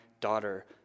daughter